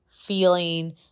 feeling